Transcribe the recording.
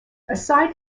aside